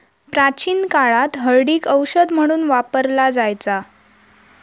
प्राचीन काळात हळदीक औषध म्हणून वापरला जायचा